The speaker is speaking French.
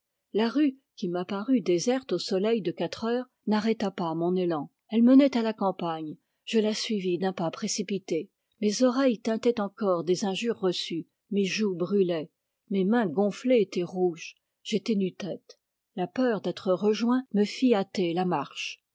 la rue qui m'apparut déserte au soleil de quatre heures n'arrêta pas mon élan elle menait à la campagne je la suivis d'un pas précipité mes oreilles tintaient encore des injures reçues mes joues brûlaient mes mains gonflées étaient rouges j'étais nu tête la peur d'être rejoint me fit hâter la marche